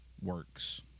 Works